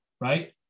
right